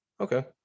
Okay